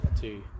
two